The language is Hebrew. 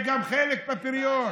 ייקח חלק בפריון,